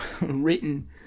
written